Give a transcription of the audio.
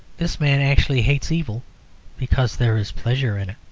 this man actually hates evil because there is pleasure in it.